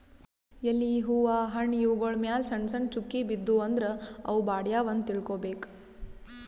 ಎಲಿ ಹೂವಾ ಹಣ್ಣ್ ಇವ್ಗೊಳ್ ಮ್ಯಾಲ್ ಸಣ್ಣ್ ಸಣ್ಣ್ ಚುಕ್ಕಿ ಬಿದ್ದೂ ಅಂದ್ರ ಅವ್ ಬಾಡ್ಯಾವ್ ಅಂತ್ ತಿಳ್ಕೊಬೇಕ್